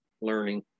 learning